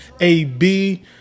AB